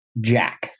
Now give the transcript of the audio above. jack